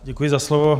Děkuji za slovo.